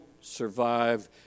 survive